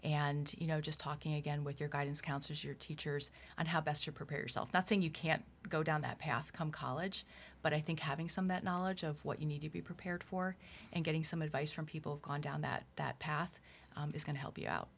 and you know just talking again with your guidance counselors your teachers on how best to prepare yourself not saying you can't go down that path come college but i think having some that knowledge of what you need to be prepared for and getting some advice from people gone down that that path is going to help